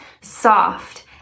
soft